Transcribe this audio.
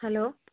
hello